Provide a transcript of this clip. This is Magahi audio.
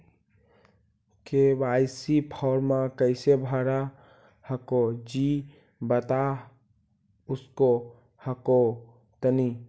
के.वाई.सी फॉर्मा कैसे भरा हको जी बता उसको हको तानी?